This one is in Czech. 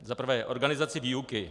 Za prvé organizaci výuky.